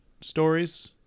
stories